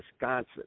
Wisconsin